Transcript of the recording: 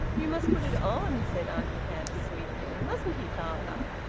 you must put it on, said auntie hamps sweetly. mustn't he, father?